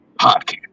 podcast